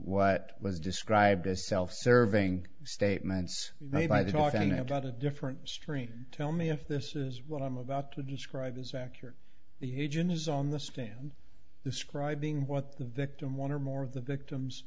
what was described as self serving statements made by the talking about a different strain tell me if this is what i'm about to describe is accurate the agent is on the stand describing what the victim one or more of the victims